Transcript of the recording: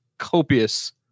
copious